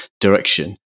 direction